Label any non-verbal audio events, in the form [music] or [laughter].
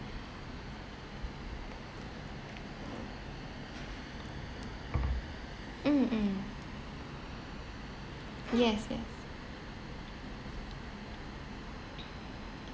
[noise] mm mm yes yes